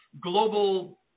global